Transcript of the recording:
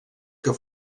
que